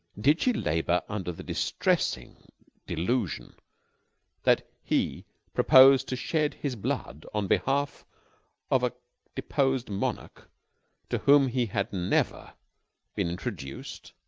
did she labor under the distressing delusion that he proposed to shed his blood on behalf of a deposed monarch to whom he had never been introduced?